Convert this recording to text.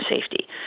safety